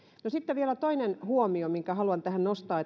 no sitten vielä toinen huomio minkä haluan tähän nostaa